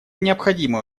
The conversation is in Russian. необходимое